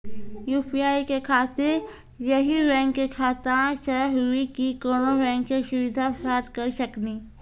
UPI के खातिर यही बैंक के खाता से हुई की कोनो बैंक से सुविधा प्राप्त करऽ सकनी?